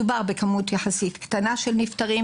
מדובר בכמות יחסית קטנה של נפטרים,